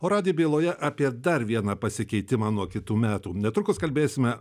o radi byloje apie dar vieną pasikeitimą nuo kitų metų netrukus kalbėsime